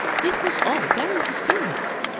it was all very mysterious,